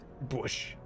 bush